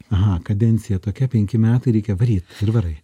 aha kadencija tokia penki metai reikia varyt ir varai